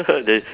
they